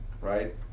Right